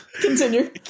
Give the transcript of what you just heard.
Continue